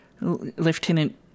Lieutenant-